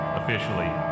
officially